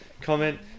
comment